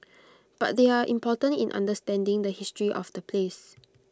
but they are important in understanding the history of the place